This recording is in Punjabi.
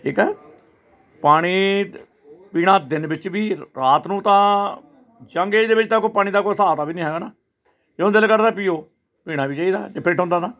ਠੀਕ ਆ ਪਾਣੀ ਪੀਣਾ ਦਿਨ ਵਿੱਚ ਵੀ ਰਾਤ ਨੂੰ ਤਾਂ ਜੰਗ ਏਜ਼ ਦੇ ਵਿੱਚ ਤਾਂ ਕੋਈ ਪਾਣੀ ਦਾ ਕੋਈ ਹਿਸਾਬ ਕਿਤਾਬ ਵੀ ਨਹੀਂ ਹੈਗਾ ਨਾ ਜਦੋਂ ਦਿਲ ਕਰਦਾ ਪੀਓ ਪੀਣਾ ਵੀ ਚਾਹੀਦਾ ਜੇ ਫਿਟ ਹੁੰਦਾ ਤਾਂ